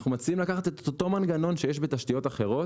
אנחנו מציעים לקחת את אותו מנגנון שיש בתשתיות אחרות,